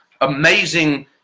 amazing